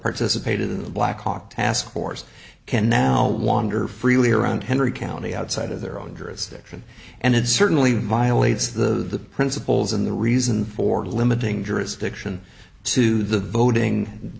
participated in the blackhawk task force can now wander freely around henry county outside of their own jurisdiction and it certainly violates the principles and the reason for limiting jurisdiction to the voting